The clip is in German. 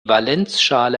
valenzschale